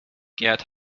gerd